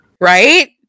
Right